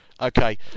Okay